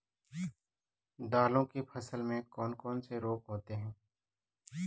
दालों की फसल में कौन कौन से रोग होते हैं?